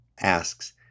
asks